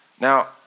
Now